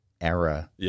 Era